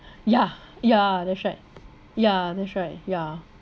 yeah yeah that's right yeah that's right yeah